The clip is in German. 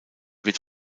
wird